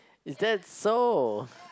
is that so